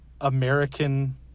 american